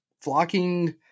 flocking